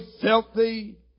filthy